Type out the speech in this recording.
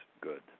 good